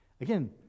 Again